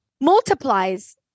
multiplies